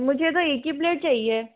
मुझे तो एक ही प्लेट चाहिए